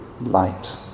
light